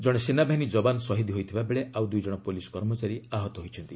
ଜଣେ ସେନାବାହିନୀ ଯବାନ ଶହୀଦ୍ ହୋଇଥିବା ବେଳେ ଆଉ ଦୁଇ ଜଣ ପୁଲିସ୍ କର୍ମଚାରୀ ଆହତ ହୋଇଛନ୍ତି